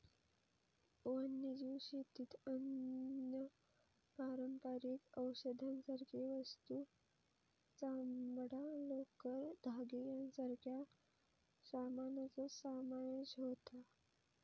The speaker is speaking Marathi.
वन्यजीव शेतीत अन्न, पारंपारिक औषधांसारखे वस्तू, चामडां, लोकर, धागे यांच्यासारख्या सामानाचो समावेश होता